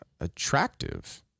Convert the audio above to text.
attractive